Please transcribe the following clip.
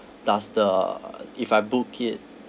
does the if I book it